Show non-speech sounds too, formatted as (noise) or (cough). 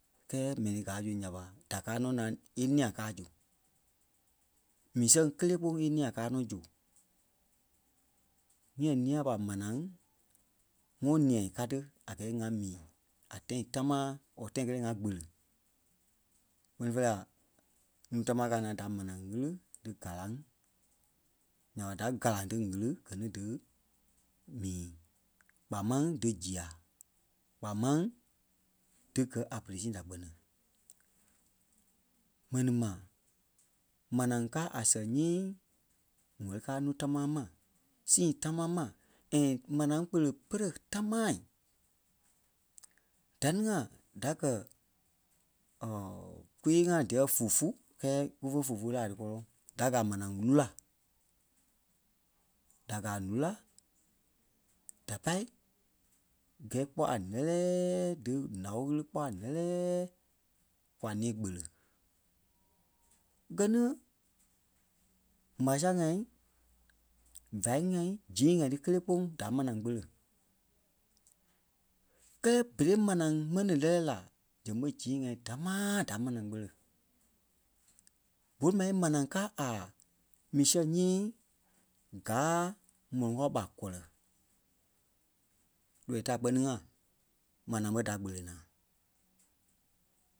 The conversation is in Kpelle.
kɛɛ mɛni gáa zu nya ɓa da káa nɔ́ naa ínia káa zu. Mii sɛŋ kélee kpoŋ ínîa káa nɔ́ zu. ŋɛ́i nîa ɓa manaa wɔ̂ nîa ká ti a gɛɛ ŋa mii a tãi támaa or tãi kɛɛ kelee ŋa kpele. Kpɛ́ni fêi la nuu támaa káa naa da manaa ɣili dí garaŋ nya ɓa da gáraŋ dí ɣili gɛ ni dí mii kpaa máŋ dí zia kpaa máŋ dí gɛ̀ a pere sii da kpɛni. Mɛnii ma manaa káa a sɛŋ nyii wɛ̀li káa núu tamaa mai sii támaa mai and manaa kpele pere támaa. Da ní ŋai da gɛ̀ (hesitation) kwii-ŋa díyɛɛ fufu kɛ́ɛ ku fó fufu láai díkɔlɔŋ. Da gɛ a manaa lúla. Da gɛ̀ a lula da pâi gɛ̂i kpɔ́ a nɛ́lɛɛ dí náo ɣili kpɔ́ a nɛ́lɛɛ kwa ni kpele. Gɛ́ ni Masa-ŋai, Vâi-ŋai zii-ŋai tí kélee kpoŋ da manaa kpele. Kɛ́lɛ berei manaa mɛni lɛlɛɛ la zɛŋ ɓé zii-ŋai dámaaa da manaa kpele. Pôlu mɛni manaa káa a mii seŋ nyii gáa m̀oloŋ kao ɓa kɔlɔ. Lɔii da kpɛ́ni-ŋa, manaa ɓé da kpele naa.